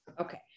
Okay